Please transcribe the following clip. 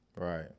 Right